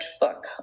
book